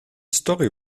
story